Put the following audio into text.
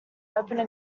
opened